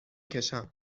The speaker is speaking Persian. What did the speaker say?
کشم